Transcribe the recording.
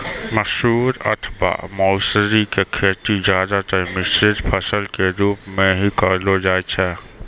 मसूर अथवा मौसरी के खेती ज्यादातर मिश्रित फसल के रूप मॅ हीं करलो जाय छै